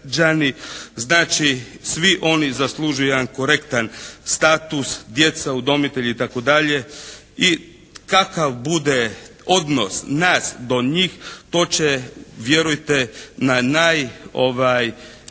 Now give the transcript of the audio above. Znači svi oni zaslužuju jedan korektan status. Djeca, udomitelji i tako dalje. I kakav bude odnos nas do njih to će vjerujte na